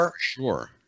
Sure